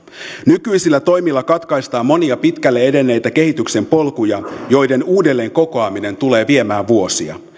nykyisillä toimilla katkaistaan monia pitkälle edenneitä kehityksen polkuja joiden uudelleenkokoaminen tulee viemään vuosia